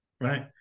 right